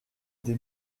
des